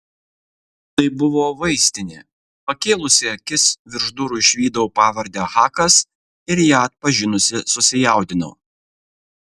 tai buvo vaistinė pakėlusi akis virš durų išvydau pavardę hakas ir ją atpažinusi susijaudinau